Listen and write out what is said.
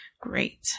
great